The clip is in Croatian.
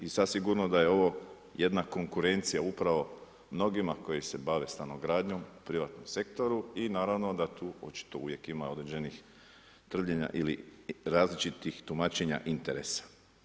I sad sigurno da je ovo jedna konkurencija upravo mnogima koji se bave stanogradnjom u privatnom sektoru i naravno da tu očito uvijek ima određenih trvljenja ili različitih tumačenja interesa.